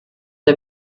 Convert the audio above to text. der